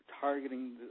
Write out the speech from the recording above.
targeting